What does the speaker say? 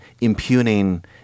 impugning